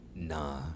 Nah